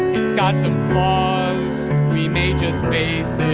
it's got some flaws we may just face it.